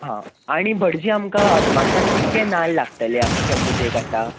हां आनी भटजी आमकां अदमासान कितले नाल्ल लागतले आख्खया पुजेक आतां